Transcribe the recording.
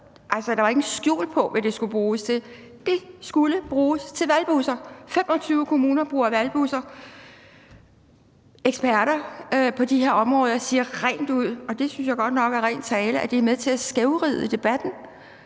ikke lagt skjul på, hvad det skulle bruges til. Det skulle bruges til valgbusser. 25 kommuner bruger valgbusser. Eksperter på de her områder siger rent ud – og det synes jeg godt nok er ren tale – at det er med til at skævvride debatten